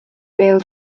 bêl